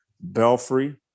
Belfry